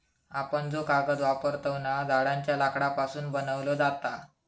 आपण जो कागद वापरतव ना, झाडांच्या लाकडापासून बनवलो जाता